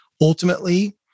ultimately